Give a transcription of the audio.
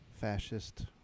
fascist